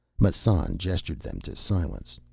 massan gestured them to silence.